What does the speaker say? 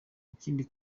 ikindi